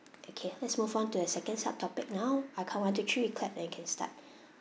okay let's move on to the second sub topic now I count one two three we clap then we can start